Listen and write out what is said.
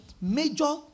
major